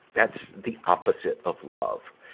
that's the opposite of love.